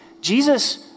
Jesus